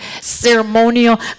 ceremonial